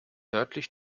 nördlich